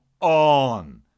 on